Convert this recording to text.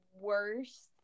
worst